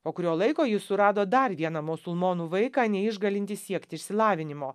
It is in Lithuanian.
po kurio laiko jis surado dar vieną musulmonų vaiką neišgalintį siekti išsilavinimo